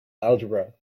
algebra